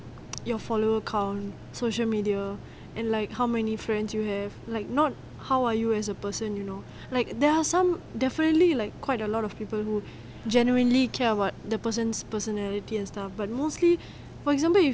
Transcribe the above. your follower count social media and like how many friends you have like not how are you as a person you know like there are some definitely like quite a lot of people who genuinely care about the person's personality and stuff but mostly for example if